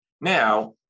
Now